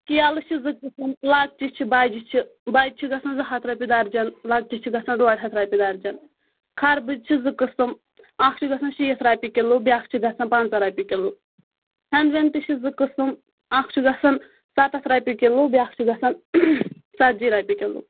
کیلہٕ چھِ زٕ قٕسٕم لَکچہِ چھِ بَجہِ چھِ بَجہِ چھِ گژھان زٕ ہَتھ رۄپیہِ دَرجَن لَکچہِ چھِ گژھان ڈۄڈ ہَتھ رۄپیہِ دَرجَن خَربٕز چھِ زٕ قٕسٕم اَکھ چھِ گژھان شیٖتھ رۄپیہِ کِلوٗ بیٛاکھ چھِ گژھان پنٛژاہ رۄپیہِ کِلوٗ ہٮ۪نٛد وٮ۪نٛد تہِ چھِ زٕ قٕسٕم اَکھ چھُ گژھان سَتَتھ رۄپیہِ کِلوٗ بیٛاکھ چھِ گژھان ژَتجی رۄپیہِ کِلوٗ